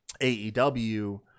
AEW